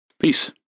Peace